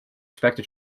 expected